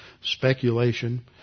speculation